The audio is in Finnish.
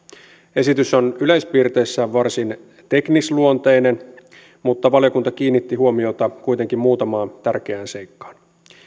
esitys on yleispiirteissään varsin teknisluonteinen mutta valiokunta kiinnitti huomiota kuitenkin muutamaan tärkeään seikkaan